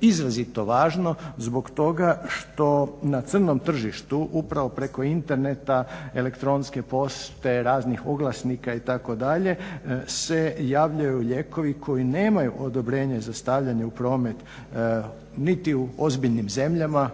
izrazito važno zbog toga što na crnom tržištu upravo preko interneta, elektronske pošte raznih oglasnika itd. se javljaju lijekovi koji nemaju odobrenje za stavljanje u promet niti u ozbiljnim zemljama